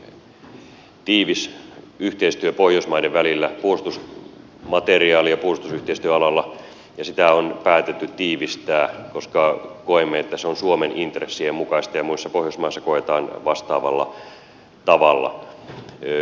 meillä on hyvin tiivis yhteistyö pohjoismaiden välillä puolustusmateriaali ja puolustusyhteistyöalalla ja sitä on päätetty tiivistää koska koemme että se on suomen intressien mukaista ja muissa pohjoismaissa koetaan vastaavalla tavalla